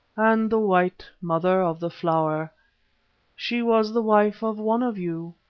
and the white mother of the flower she was the wife of one of you,